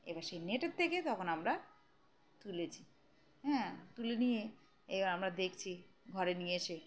এবার সেই নেটের থেকে তখন আমরা তুলেছি হ্যাঁ তুলে নিয়ে এবার আমরা দেখছি ঘরে নিয়ে এসে